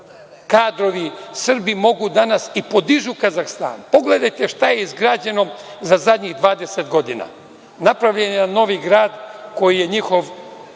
kadrovi, Srbi mogu danas i podižu Kazahstan. Pogledajte šta je izgrađeno za zadnjih 20 godina. Napravljen je novi grad koji je njihov